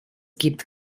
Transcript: gibt